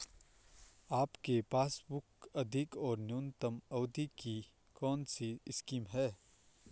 आपके पासबुक अधिक और न्यूनतम अवधि की कौनसी स्कीम है?